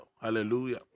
hallelujah